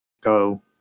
go